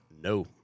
No